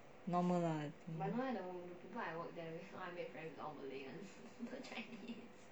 normal lah